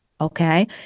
okay